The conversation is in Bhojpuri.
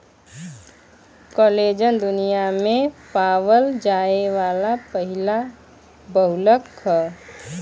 कोलेजन दुनिया में पावल जाये वाला पहिला बहुलक ह